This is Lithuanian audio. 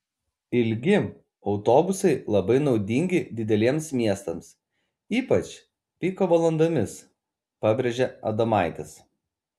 ilgi autobusai labai naudingi dideliems miestams ypač piko valandomis pabrėžė adomaitis